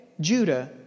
Judah